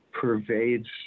pervades